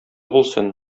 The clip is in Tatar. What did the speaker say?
булсын